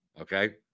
okay